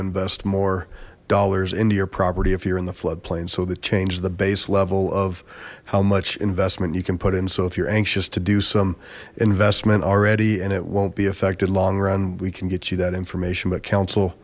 invest more dollars into your property if you're in the floodplain so that changes the base level of how much investment you can put in so if you're anxious to do some investment already and it won't be affected long run we can get you that information but council